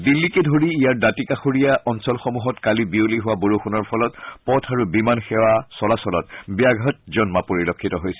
দিল্লীকে ধৰি ইয়াৰ দাঁতি কাষৰীয়া অঞ্চলসমূহত কালি বিয়লি হোৱা বৰষুণৰ ফলত পথ আৰু বিমান সেৱা চলাচলত ব্যাঘাত জন্মা পৰিলক্ষিত হৈছে